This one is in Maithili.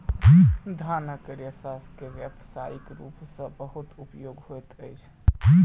धानक रेशा के व्यावसायिक रूप सॅ बहुत उपयोग होइत अछि